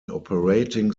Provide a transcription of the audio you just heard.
operating